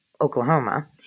Oklahoma